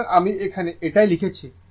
সুতরাং আমি এখানে এটাই লিখেছি